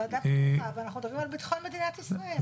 זו ועדה פתוחה ואנחנו מדברים על ביטחון מדינת ישראל.